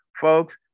folks